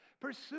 Pursue